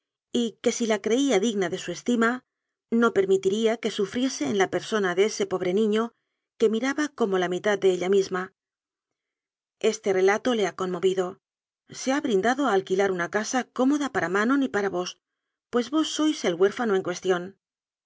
y que si la creía digna de su estima no permitiría que su friese en la persona de ese pobre niño que mira ba como la mitad de ella misma este relato le ha conmovido se ha brindado a alquilar una casa có moda para manon y para vos pues vos sois el huérfano en cuestión